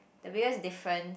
the biggest difference